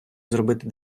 зробити